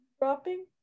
dropping